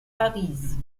paris